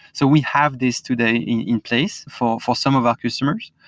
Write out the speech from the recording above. so we have this today in place for for some of our customers.